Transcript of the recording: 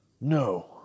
No